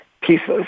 pieces